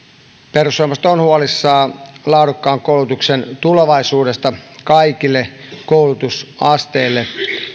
perussuomalaiset on huolissaan laadukkaan koulutuksen tulevaisuudesta kaikille koulutusasteille